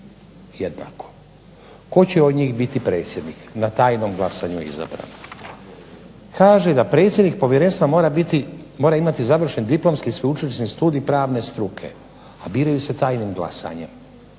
jednako. Tko će od njih biti predsjednik na tajnom glasanju je izabrano. Kaže da predsjednik povjerenstva mora imati završen diplomski i sveučilišni studij pravne struke, a biraju se tajnim glasanjem.